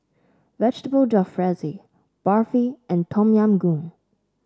Vegetable Jalfrezi Barfi and Tom Yam Goong